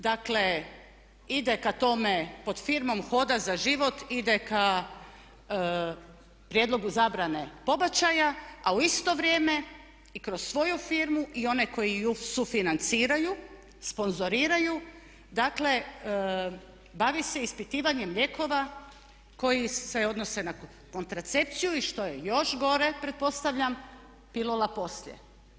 Dakle, ide ka tome, pod firmom hoda za život ide ka prijedlogu zabrane pobačaja a u isto vrijeme i kroz svoju firmu i one koji ju sufinanciraju, sponzoriraju dakle, bavi se ispitivanjem lijekova koji se odnose na kontracepciju i što je još gore pretpostavljam pilula poslije.